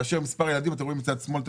מצד שמאל אתם רואים את הנקודות,